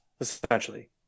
essentially